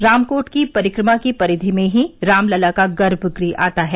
रामकोट की परिक्रमा की परिधि में ही रामलला का गर्भगृह आता हैं